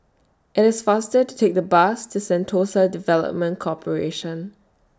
IT IS faster to Take The Bus to Sentosa Development Corporation